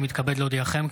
הינני מתכבד להודיעכם,